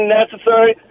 necessary